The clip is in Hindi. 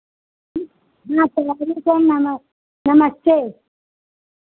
हाँ तैयारी से नमस्ते नमस्ते